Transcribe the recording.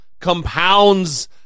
compounds